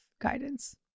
guidance